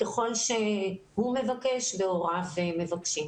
ככל שהוא מבקש והוריו מבקשים.